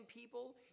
people